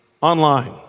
Online